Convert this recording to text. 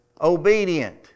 Obedient